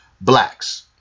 Blacks